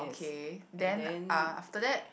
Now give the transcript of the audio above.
okay then after that